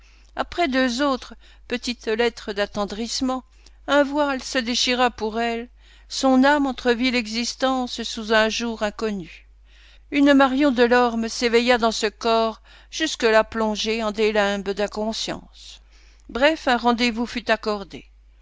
après deux autres petites lettres d'attendrissement un voile se déchira pour elle son âme entrevit l'existence sous un jour inconnu une marion delorme s'éveilla dans ce corps jusque-là plongé en des limbes d'inconscience bref un rendez-vous fut accordé